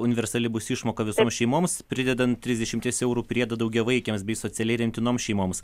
universali bus išmoka visoms šeimoms pridedant trisdešimies eurų priedo daugiavaikėms bei socialiai remtinoms šeimoms